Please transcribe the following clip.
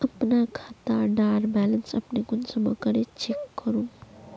अपना खाता डार बैलेंस अपने कुंसम करे चेक करूम?